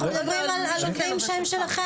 אנחנו מדברים על עובדים שלכם.